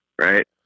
right